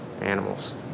animals